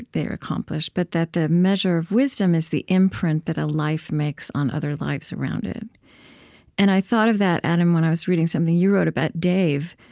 they're accomplished. but that the measure of wisdom is the imprint that a life makes on other lives around it and i thought of that, adam, when i was reading something you wrote about dave.